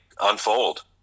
unfold